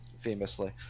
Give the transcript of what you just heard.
famously